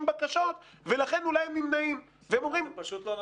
בקשות ולכן אולי הם נמנעים -- זה פשוט לא נכון.